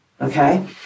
Okay